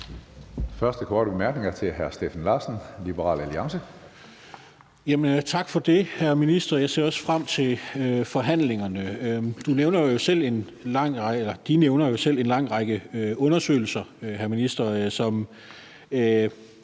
Første korte bemærkning er til hr. Steffen Larsen, Liberal Alliance. Kl. 12:45 Steffen Larsen (LA): Tak for det, hr. minister. Jeg ser også frem til forhandlingerne. Ministeren nævner selv en række undersøgelser, som